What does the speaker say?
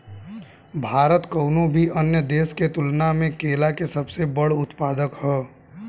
भारत कउनों भी अन्य देश के तुलना में केला के सबसे बड़ उत्पादक ह